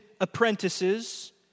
apprentices